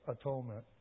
atonement